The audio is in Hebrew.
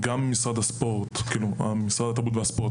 גם משרד התרבות והספורט,